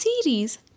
series